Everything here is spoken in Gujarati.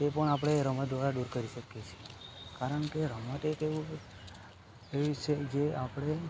તે પણ આપણે રમત દ્વારા આપણે દૂર કરી શકીએ છી કારણ કે રમત એ એવું એ વિશે જે આપણે